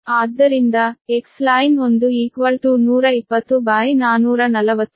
ಆದ್ದರಿಂದ Xline 1 0